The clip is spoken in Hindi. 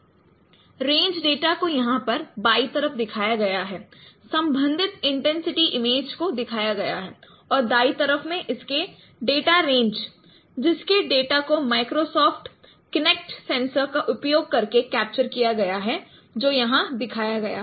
refer slide time 0218 range data को यहां पर बाईं तरफ दिखाया गया है संबंधित इंटेंसिटी इमेज को दिखाया गया है और दाईं तरफ में इसके डेटा रेंज जिसके डेटा को माइक्रोसॉफ्ट किनेक्ट सेंसर का उपयोग करके कैप्चर किया गया है जो यहां दिखाया गया है